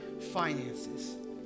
finances